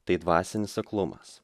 tai dvasinis aklumas